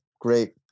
Great